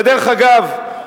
ודרך אגב,